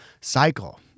cycle